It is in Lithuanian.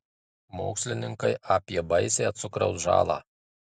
mokslininkai apie baisią cukraus žalą